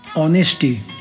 Honesty